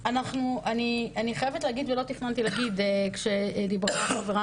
אני חייבת להגיד וזה משהו שלא תכננתי להגיד את זה כשדיברה חברת